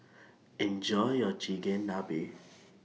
Enjoy your Chigenabe